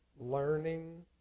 learning